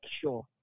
sure